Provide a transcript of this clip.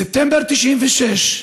בספטמבר 96',